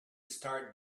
start